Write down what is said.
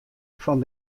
fan